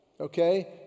okay